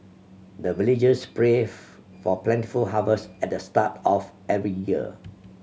the villagers pray for plentiful harvest at the start of every year